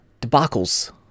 debacles